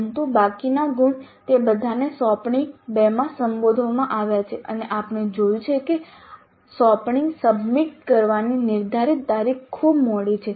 પરંતુ બાકીના ગુણ તે બધાને સોંપણી 2 માં સંબોધવામાં આવ્યા છે અને આપણે જોયું છે કે સોંપણી 2 સબમિટ કરવાની નિર્ધારિત તારીખ ખૂબ મોડી છે